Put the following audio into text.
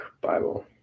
bible